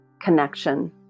connection